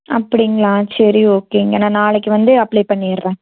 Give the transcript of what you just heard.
அப்படிங்களா சரி ஓகேங்க நான் நாளைக்கு வந்து அப்ளை பண்ணிடுறேன்